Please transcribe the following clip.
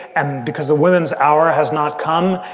and because the women's hour has not come.